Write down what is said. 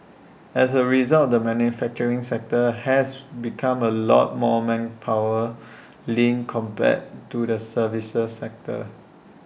as A result the manufacturing sector has become A lot more manpower lean compared to the services sector